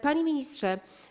Panie Ministrze!